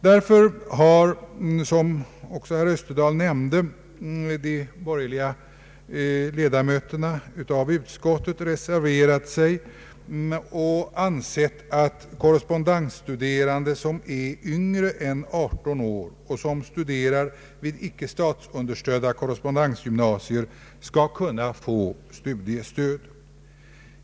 Därför har, som herr Österdahl redan nämnt, de borgerliga ledamöterna i utskottet reserverat sig och ansett att korrespondensstuderande som är yngre än 18 år och som studerar vid icke statsunderstödda korrespondensgymnasier skall kunna få studiestöd.